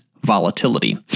volatility